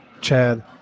Chad